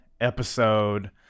episode